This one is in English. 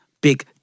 big